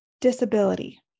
disability